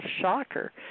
shocker